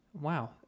wow